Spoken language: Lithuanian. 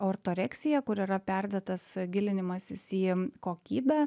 ortoreksija kur yra perdėtas gilinimasis į kokybę